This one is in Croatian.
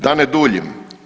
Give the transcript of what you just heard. Da ne duljim.